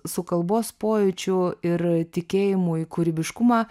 su kalbos pojūčiu ir tikėjimu į kūrybiškumą